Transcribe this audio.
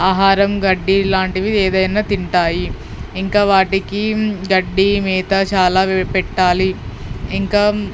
ఆహారం గడ్డి ఇలాంటివి ఏదైనా తింటాయి ఇంకా వాటికి గడ్డి మేత చాలా పెట్టాలి ఇంకా